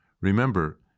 Remember